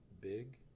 big